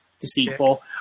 deceitful